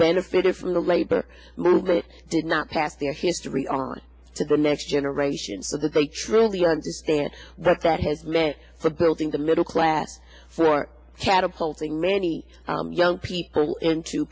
benefitted from the labor movement did not pass their history on so the next generation so that they truly understand that that has meant for building the middle class for catapult many young people into